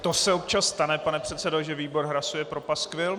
To se občas stane, pane předsedo, že výbor hlasuje pro paskvil.